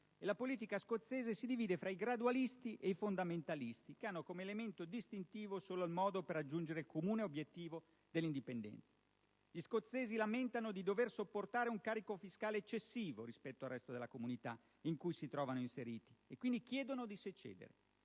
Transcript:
la politica scozzese si divide tra i gradualisti e i fondamentalisti, che hanno come elemento distintivo solo il modo per raggiungere il comune obiettivo dell'indipendenza. Gli scozzesi lamentano di dover sopportare un carico fiscale eccessivo rispetto al resto della comunità in cui si trovano inseriti e quindi chiedono di secedere;